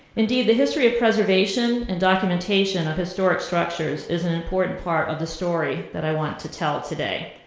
indeed, the history of preservation and documentation of historic structures is an important part of the story that i want to tell today.